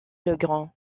legrand